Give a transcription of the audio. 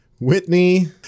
Whitney